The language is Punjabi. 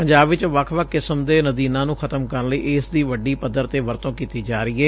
ਪੰਜਾਬ ਚ ਵੱਖ ਵੱਖ ਕਿਸਮ ਦੇ ਨਦੀਨਾਂ ਨੂੰ ਖ਼ਤਮ ਕਰਨ ਲਈ ਇਸ ਦੀ ਵੱਡੀ ਪੱਧਰ ਤੇ ਵਰਤੋ ਕੀਤੀ ਜਾ ਰਹੀ ਏ